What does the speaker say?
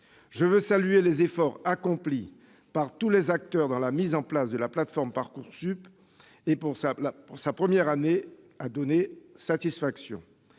je veux saluer les efforts accomplis par tous les acteurs dans la mise en place de la plateforme Parcoursup, qui, pour sa première année, a donné satisfaction.